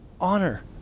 honor